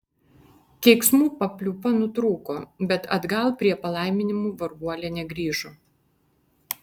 keiksmų papliūpa nutrūko bet atgal prie palaiminimų varguolė negrįžo